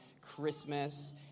Christmas